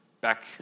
Back